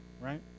right